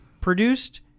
produced